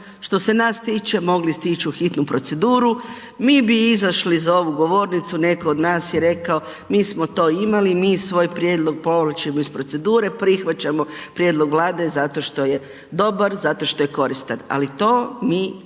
što se nas tiče mogli ste ići u hitnu proceduru, mi bi izašli za ovu govornicu netko od nas i rekao mi smo to imali mi svoj prijedlog povlačimo iz procedure, prihvaćamo prijedlog Vlade zato što je dobar, zašto što je koristan, ali to mi čuli nismo.